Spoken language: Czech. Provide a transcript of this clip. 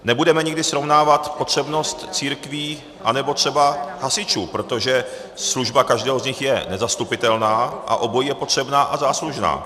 Nebudeme nikdy srovnávat potřebnost církví anebo třeba hasičů, protože služba každého z nich je nezastupitelná a obojí je potřebné a záslužné.